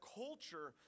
culture